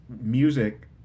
music